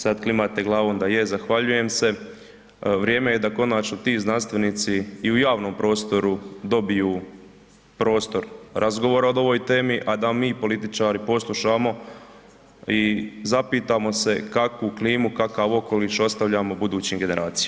Sad klimate glavom da je, zahvaljujem se, vrijeme je da konačno ti znanstvenici i u javnom prostoru dobiju prostor razgovora o ovoj temi, a da mi političari poslušamo i zapitamo se kakvu klimu, kakav okoliš ostavljamo budućim generacijama.